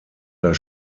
das